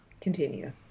continue